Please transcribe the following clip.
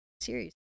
series